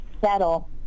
settle